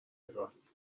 وگاس